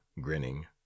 grinning